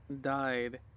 died